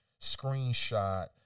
screenshot